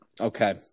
Okay